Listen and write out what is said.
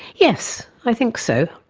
yes. i think so.